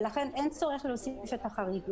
ולכן אין צורך להוסיף את החריג.